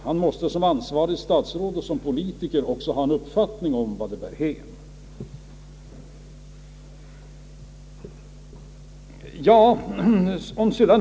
Han måste som ansvarigt statsråd och som politiker också ha en uppfattning om vart det bär hän.